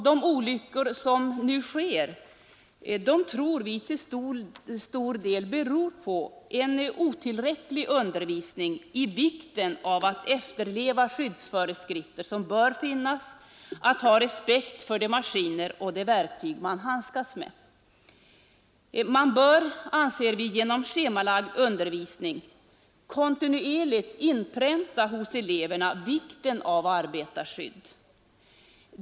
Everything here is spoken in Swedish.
De olyckor som nu inträffar tror vi till stor del beror på otillräcklig undervisning i vikten av att efterleva de skyddsföreskrifter som skall finnas och vikten av att ha respekt för de maskiner och verktyg som man handskas med. Vi anser också att man genom schemalagd undervisning kontinuerligt bör inpränta hos eleverna vikten av arbetarskydd.